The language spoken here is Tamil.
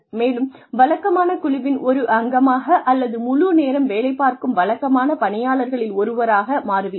மேலும் வழக்கமான குழுவின் ஒரு அங்கமாக அல்லது முழு நேரம் வேலைப் பார்க்கும் வழக்கமான பணியாளர்களில் ஒருவராக மாறுவீர்கள்